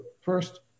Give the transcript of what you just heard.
first